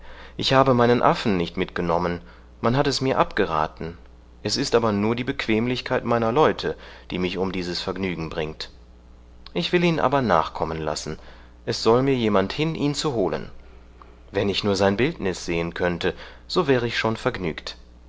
ich habe meinen affen nicht mitgenommen man hat es mir abgeraten es ist aber nur die bequemlichkeit meiner leute die mich um dieses vergnügen bringt ich will ihn aber nachkommen lassen es soll mir jemand hin ihn zu holen wenn ich nur sein bildnis sehen könnte so wäre ich schon vergnügt